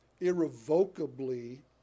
irrevocably